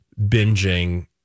binging